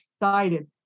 excited